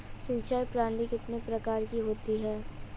सिंचाई प्रणाली कितने प्रकार की होती है?